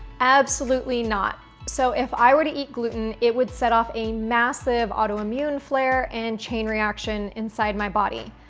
absolutely not. so if i were to eat gluten, it would set off a massive autoimmune flair and chain reaction inside my body.